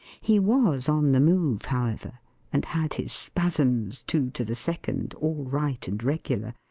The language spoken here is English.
he was on the move, however and had his spasms, two to the second, all right and regular.